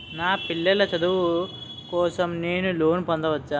నా పిల్లల చదువు కోసం నేను లోన్ పొందవచ్చా?